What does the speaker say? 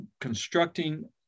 constructing